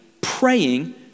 praying